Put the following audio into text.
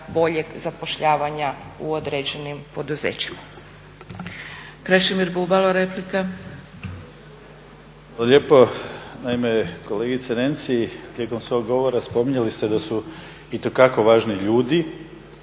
boljeg zapošljavanja u određenim poduzećima.